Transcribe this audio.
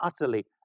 utterly